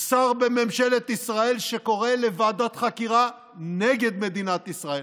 שר בממשלת ישראל שקורא לוועדת חקירה נגד מדינת ישראל,